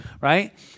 right